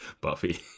Buffy